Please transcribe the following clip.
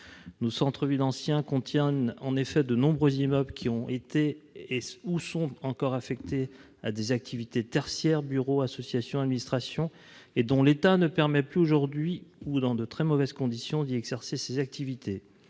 Nos centres-villes anciens comprennent en effet de nombreux immeubles qui ont été ou sont encore affectés à des activités tertiaires, comme des bureaux, des locaux d'associations ou d'administrations, et dont l'état ne permet plus aujourd'hui, ou dans de très mauvaises conditions, d'y exercer ces activités.